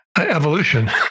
evolution